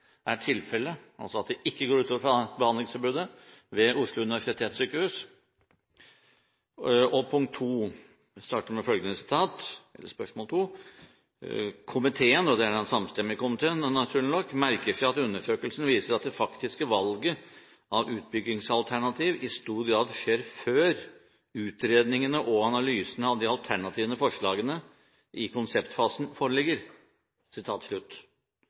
er tilfellet, altså at det ikke går ut over behandlingstilbudet ved Oslo universitetssykehus? Og spørsmål 2 – jeg starter med følgende sitat: «Komiteen» – og det er da den samstemmige komiteen, naturlig nok – «merker seg at undersøkelsen viser at det faktiske valget av utbyggingsalternativ i stor grad skjer før utredningene og analysene av de alternative forslagene i konseptfasen foreligger.»